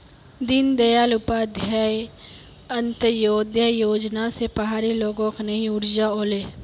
दीनदयाल उपाध्याय अंत्योदय योजना स पहाड़ी लोगक नई ऊर्जा ओले